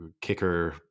kicker